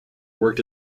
worked